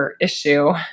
issue